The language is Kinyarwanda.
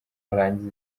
arangiza